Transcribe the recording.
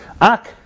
Ak